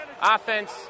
Offense